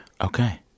Okay